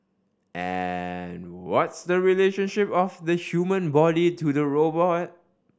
and what's the relationship of the human body to the robot